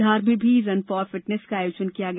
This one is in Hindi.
धार में भी रन फॉर फिटनेस का आयोजन किया गया